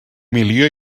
milió